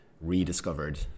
rediscovered